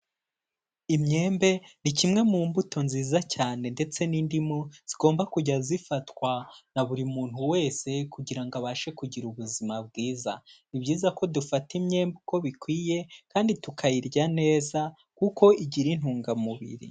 Imyembe ni kimwe mu mbuto nziza cyane ndetse n'indimu zigomba kujya zifatwa na buri muntu wese kugira ngo abashe kugira ubuzima bwiza, ni byiza ko dufata imyemba uko bikwiye kandi tukayirya neza kuko igira intungamubiri.